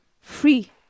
free